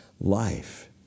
life